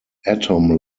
atom